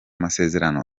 masezerano